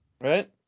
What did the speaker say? Right